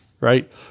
right